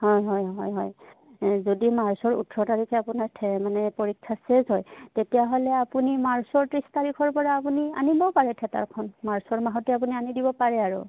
হয় হয় হয় হয় যদি মাৰ্চৰ ওঠৰ তাৰিখে আপোনাৰ মানে পৰীক্ষা চেছ হয় তেতিয়াহ'লে আপুনি মাৰ্চৰ ত্ৰিছ তাৰিখৰ পৰা আপুনি আনিবও পাৰে থিয়েটাৰখন মাৰ্চৰ মাহতে আপুনি আনি দিব পাৰে আৰু